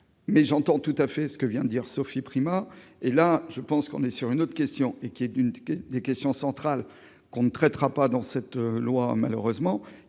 mais j'entends tout à fait ce que vient de dire Sophie Primas et là je pense qu'on est sur une autre question et qui est d'une des questions centrales qu'on ne traitera pas dans cette loi, malheureusement,